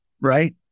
right